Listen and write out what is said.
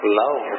love